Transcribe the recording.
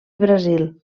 brasil